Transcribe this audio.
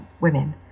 women